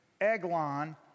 Eglon